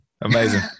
Amazing